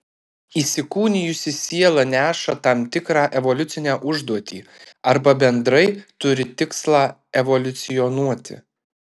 įsikūnijusi siela neša tam tikrą evoliucinę užduotį arba bendrai turi tikslą evoliucionuoti